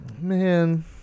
Man